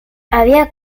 habían